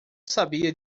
sabia